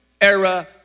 era